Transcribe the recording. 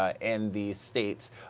and the states,